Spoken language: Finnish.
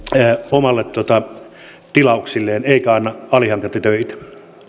omille tilauksilleen eikä anna alihankintatöitä